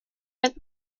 nennt